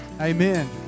Amen